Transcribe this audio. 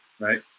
right